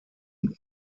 und